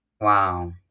Wow